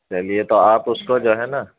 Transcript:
چلیے تو آپ اس کو جو ہے نا